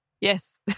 yes